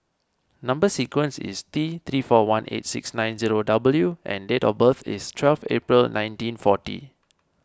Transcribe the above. Number Sequence is T three four one eight six nine zero W and date of birth is twelve April nineteen forty